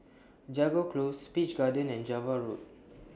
Jago Close Peach Garden and Java Road